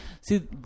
see